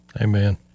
Amen